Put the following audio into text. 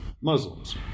Muslims